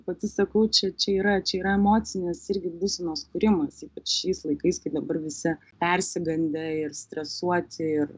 pati sakau čia čia yra čia yra emocinės irgi būsenos kūrimas ypač šiais laikais kai dabar visi persigandę ir stresuoti ir